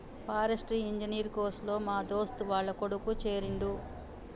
forestry engineer course లో మా దోస్తు వాళ్ల కొడుకు చేరిండు